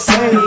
Say